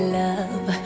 love